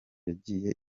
yagiye